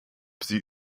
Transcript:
sie